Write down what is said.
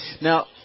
Now